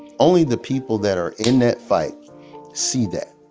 only the people that are in that fight see that.